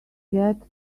get